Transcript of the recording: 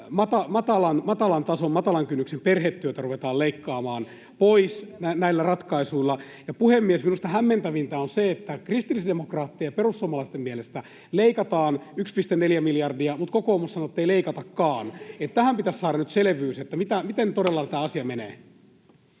ja matalan kynnyksen perhetyötä — ruvetaan leikkaamaan pois näillä ratkaisuilla. Puhemies! Minusta hämmentävintä on se, että kristillisdemokraattien ja perussuomalaisten mielestä leikataan 1,4 miljardia, mutta kokoomus sanoo, ettei leikatakaan. Tähän pitäisi saada nyt selvyys, miten tämä asia todella